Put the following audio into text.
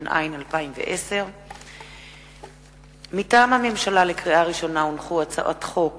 התש"ע 2010. לקריאה ראשונה, מטעם הממשלה: הצעת חוק